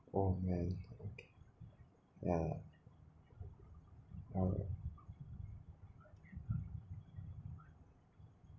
oh man okay !wow! !wow!